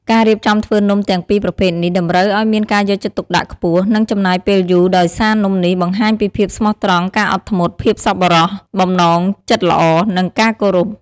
ការរៀបចំធ្វើនំទាំងពីរប្រភេទនេះតម្រូវឱ្យមានការយកចិត្តទុកដាក់ខ្ពស់ និងចំណាយពេលយូរដោយសារនំនេះបង្ហាញពីភាពស្មោះត្រង់ ការអត់ធ្មត់ ភាពសប្បុរស បំណងចិត្តល្អ និងការគោរព។